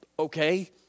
Okay